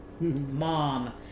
Mom